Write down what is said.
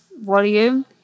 volume